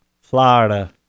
Florida